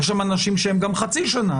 יש שם אנשים שפוטים גם לחצי שנה,